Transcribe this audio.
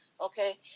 okay